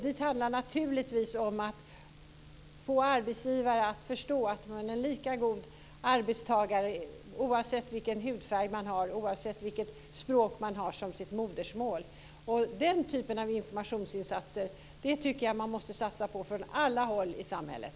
Dit hör naturligtvis att få arbetsgivare att förstå att man är en lika god arbetstagare oavsett vilken hudfärg man har och vilket språk man har som sitt modersmål. Den typen av informationsinsatser tycker jag att man måste satsa på från alla håll i samhället.